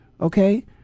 okay